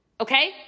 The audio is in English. Okay